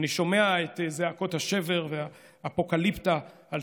אני שומע את זעקות השבר והאפוקליפסה על